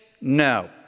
No